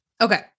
Okay